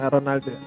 Ronaldo